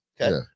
Okay